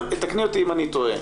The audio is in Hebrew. תקני אותי אם אני טועה,